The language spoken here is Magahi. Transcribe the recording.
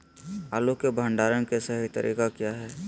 आलू के भंडारण के सही तरीका क्या है?